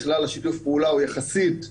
בכלל שיתוף הפעולה הוא יחסית נמוך.